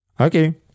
Okay